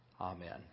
Amen